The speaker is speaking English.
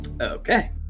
Okay